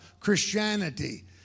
Christianity